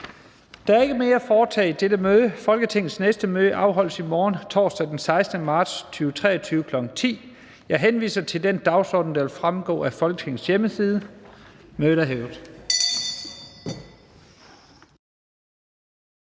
Der er ikke mere at foretage i dette møde. Folketingets næste møde afholdes i morgen, torsdag den 16. marts 2023, kl. 10.00. Jeg henviser til den dagsorden, der vil fremgå af Folketingets hjemmeside. Mødet er hævet.